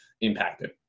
impacted